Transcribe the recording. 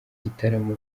gitaramo